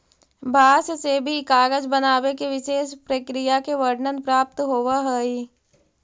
बाँस से भी कागज बनावे के विशेष प्रक्रिया के वर्णन प्राप्त होवऽ हई